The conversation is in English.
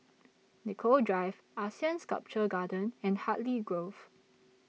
Nicoll Drive Asean Sculpture Garden and Hartley Grove